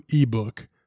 ebook